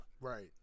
Right